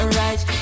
right